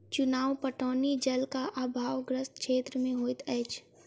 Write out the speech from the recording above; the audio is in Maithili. चुआन पटौनी जलक आभावग्रस्त क्षेत्र मे होइत अछि